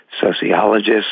sociologists